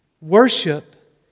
Worship